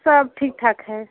सब ठीक ठाक है